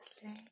say